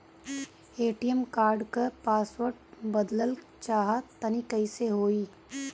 ATM card क password बदलल चाहा तानि कइसे होई?